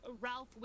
Ralph